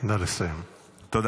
תודה.